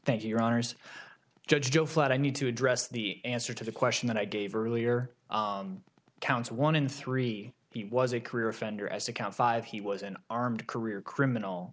thank you your honors judge joe flat i need to address the answer to the question that i gave earlier counts one in three he was a career offender as to count five he was an armed career criminal